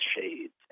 shades